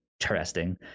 interesting